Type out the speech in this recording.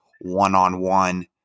one-on-one